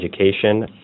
education